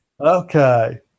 Okay